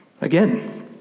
Again